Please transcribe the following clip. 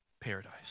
paradise